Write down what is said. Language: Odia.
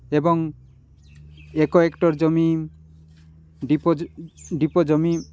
ଏବଂ ଏକ ହେକ୍ଟର୍ ଜମି ଡିପୋ ଡିପୋ ଜମି